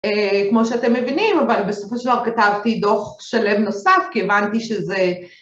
כמו שאתם מבינים, אבל בסופו של דבר כתבתי דוח שלב נוסף, כי הבנתי שזה